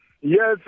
Yes